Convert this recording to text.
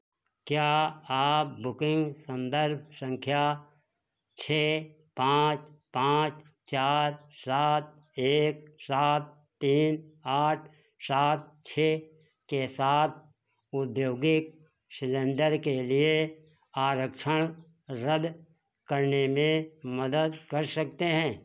क्या आप बुकिंग सन्दर्भ संख्या छः पाँच पाँच चार सात एक सात तीन आठ सात छः के साथ औद्योगिक सिलेण्डर के लिए आरक्षण रद्द करने में मदद कर सकते हैं